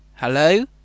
Hello